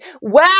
Wow